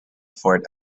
fort